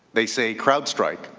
they say crowd strike,